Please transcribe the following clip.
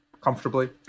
comfortably